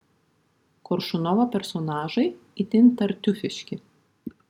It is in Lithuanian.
koršunovo personažai itin tartiufiški